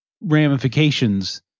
ramifications